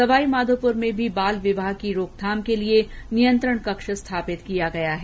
सवाईमाधोपुर में भी बाल विवाह की रोकथाम के लिये नियंत्रण कक्ष स्थापित किया गया है